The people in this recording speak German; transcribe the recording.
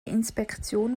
inspektion